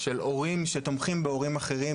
של הורים שתומכים בהורים אחרים,